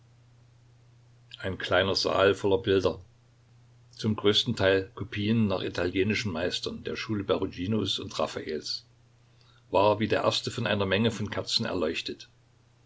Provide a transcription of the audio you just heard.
ein kleiner saal voller bilder zum größten teil kopien nach italienischen meistern der schule peruginos und raffaels war wie der erste von einer menge von kerzen erleuchtet